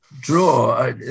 draw